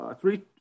three